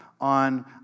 on